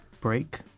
break